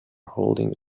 holding